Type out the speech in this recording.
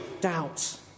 doubt